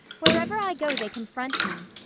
wherever i go they confront me.